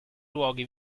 luoghi